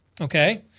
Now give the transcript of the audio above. Okay